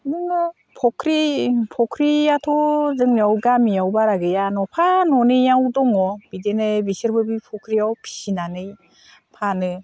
बिदिनो फख्रि फख्रियाथ' जोंनियाव गामियाव बारा गैया न'फा न'नैयाव दङ बिदिनो बिसोरबो बे फख्रियावनो फिसिनानै फानो